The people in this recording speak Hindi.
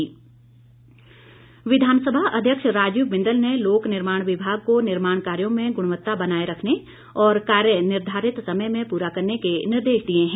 बिंदल विधानसभा अध्यक्ष राजीव बिंदल ने लोक निर्माण विभाग को निर्माण कार्यो में गुणवत्ता बनाए रखने और कार्य निर्धारित समय में पूरा करने के निर्देश दिए हैं